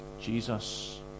Jesus